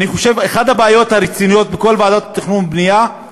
אני חושב שאחת הבעיות הרציניות בכל ועדת תכנון ובנייה היא